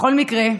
בכל מקרה,